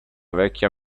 vecchia